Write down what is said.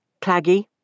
claggy